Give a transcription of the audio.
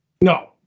No